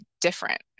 different